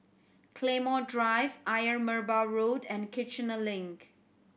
Claymore Drive Ayer Merbau Road and Kiichener Link